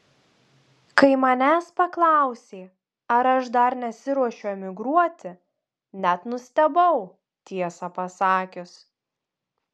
kai manęs paklausė ar aš dar nesiruošiu emigruoti net nustebau tiesą pasakius